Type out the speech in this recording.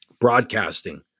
broadcasting